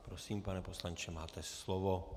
Prosím, pane poslanče, máte slovo.